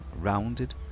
rounded